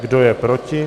Kdo je proti?